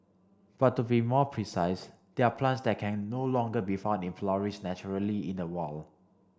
but to be more precise they're plants that can no longer be found in flourish naturally in the wild